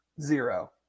zero